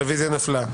הרביזיה נדחתה.